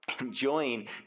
enjoying